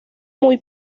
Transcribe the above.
muy